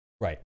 Right